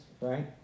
right